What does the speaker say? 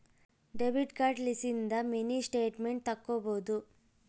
debit card ಲಿಸಿಂದ mini statement ತಕ್ಕೊಬೊದು